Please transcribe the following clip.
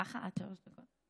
ככה, עד שלוש דקות?